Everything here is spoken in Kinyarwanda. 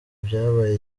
byabaye